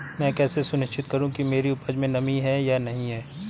मैं कैसे सुनिश्चित करूँ कि मेरी उपज में नमी है या नहीं है?